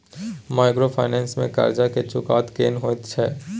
Microfinance में कर्ज के चुकता केना होयत छै?